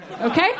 Okay